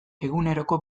eguneroko